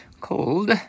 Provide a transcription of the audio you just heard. cold